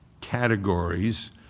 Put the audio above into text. categories